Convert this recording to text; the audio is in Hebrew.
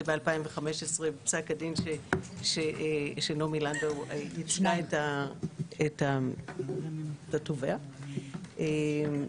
ב-2015 בפסק הדין שעורכת הדין נעמי לנדאו ייצגה את התובע בו.